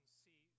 see